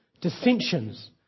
dissensions